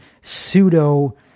pseudo